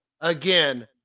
again